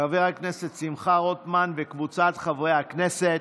של חבר הכנסת שמחה רוטמן וקבוצת חברי הכנסת.